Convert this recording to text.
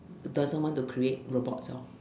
doesn't want to create robots orh